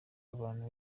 abantu